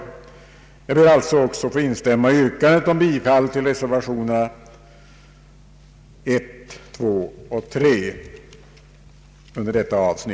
Jag ber, herr talman, att få instämma i yrkandet om bifall till reservationen vid punkten 5.